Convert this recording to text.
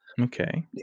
Okay